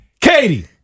Katie